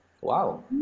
Wow